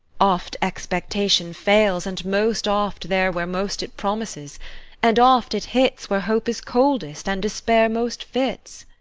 oft expectation fails, and most oft there where most it promises and oft it hits where hope is coldest, and despair most fits.